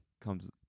comes